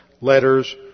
letters